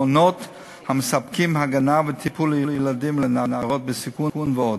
מעונות המספקים הגנה וטיפול לילדים ולנערות בסיכון ועוד.